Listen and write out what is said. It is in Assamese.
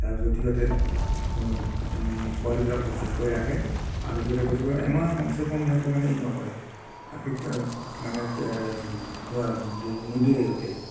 তাৰপিছত সিহঁতে পোৱালিবিলাক ভালকৈ ৰাখে আৰু সিহঁতে কৈছোঁ নহয় এমাহ কমচেকম সিহঁতে মানে ই নকৰে গাখীৰটো মানে ধোৱা নুধুৱে সিহঁতে